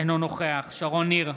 אינו נוכח שרון ניר,